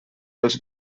els